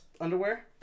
underwear